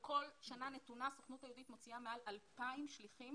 בכל שנה נתונה הסוכנות היהודית מוציאה מעל 2,000 שליחים